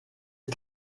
est